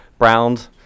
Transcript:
Browned